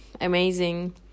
amazing